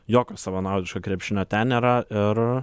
jokio savanaudiško krepšinio ten nėra ir